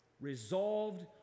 resolved